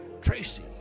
Tracy